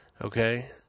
Okay